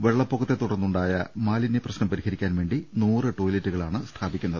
വെള്ളപ്പൊക്കത്തെത്തുടർന്നുണ്ടായ മാലിനൃ പ്രശ്നം പരി ഹരിക്കാൻ വേണ്ടി നൂറ് ടോയ്ലറ്റുകളാണ് സ്ഥാപിക്കുന്നത്